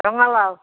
ৰঙালাও